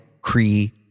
Cree